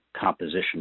composition